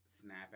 snap